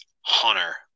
Hunter